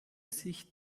sich